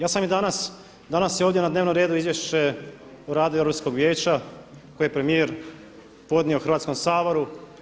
Ja sam i danas, danas je ovdje na dnevnom redu Izvješće o radu Europskog Vijeća koje je premijer podnio Hrvatskom saboru.